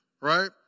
right